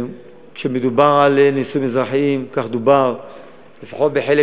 כשמדובר על נישואים אזרחיים, כך דובר לפחות בחלק